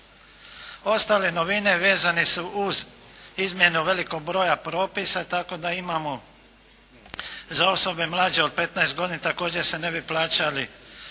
Ostale novine vezane su uz izmjenu velikog broja propisa tako da imamo za osobe mlađe od 15 godina također se ne bi plaćali